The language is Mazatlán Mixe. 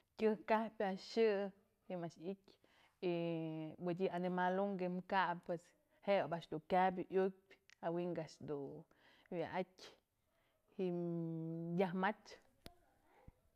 Tyëjk ap a'ax yë, ji'im a'ax ityë y mëdyë animal un ji'im kabë je'e a'ax ob du'u kyap iukpyë, awi'inka a'ax dun wyatyë ji'im yaj mach.